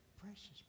Precious